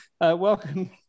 welcome